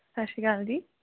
ਸਤਿ ਸ਼੍ਰੀ ਅਕਾਲ ਜੀ